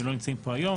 שלא נמצאים פה היום,